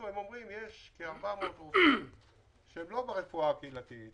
הם אומרים שיש כ-400 רופאים שהם לא ברפואה הקהילתית